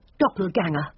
Doppelganger